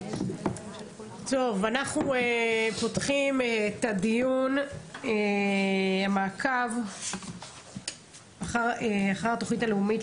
אנחנו פותחים את דיון המעקב אחר התוכנית הלאומית